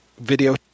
video